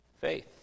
Faith